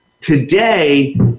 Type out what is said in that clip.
today